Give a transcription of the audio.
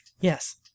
Yes